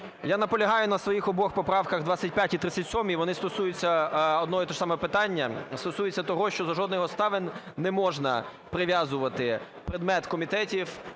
Я наполягаю на своїх обох поправках, 25 і 37, вони стосуються одного і того ж самого питання. Стосуються того, що за жодних обставин не можна прив’язувати предмет комітетів